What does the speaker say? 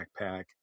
backpack